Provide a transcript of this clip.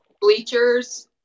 bleachers